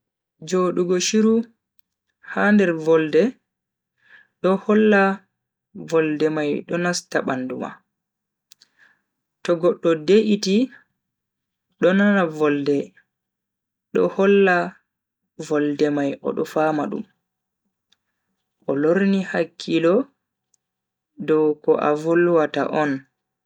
Jodugo shiru ha nder volde do holla volde mai do nasta bandu ma. to goddo de'iti do nana volde do holla volde mai odo fama dum o lorni hakkilo dow ko a volwata on.